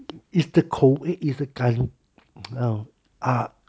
it's the 口味 it's the 感那种 uh